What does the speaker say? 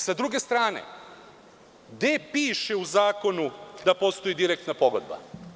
Sa druge strane, gde piše u zakonu da postoji direktna pogodba?